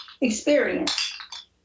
experience